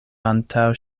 antaŭ